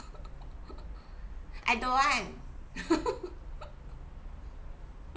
I don't want